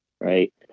right